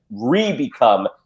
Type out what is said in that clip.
re-become